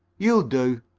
you'll do.